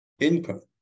income